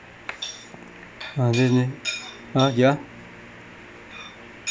ah then then ah yeah